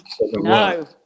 no